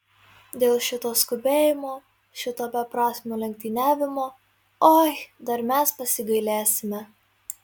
dėl šito skubėjimo šito beprasmio lenktyniavimo oi dar mes pasigailėsime